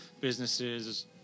businesses